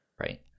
right